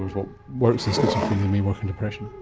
what works in schizophrenia may work in depression.